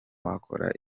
wakora